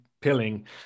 pilling